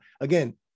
again